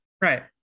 Right